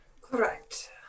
Correct